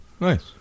Nice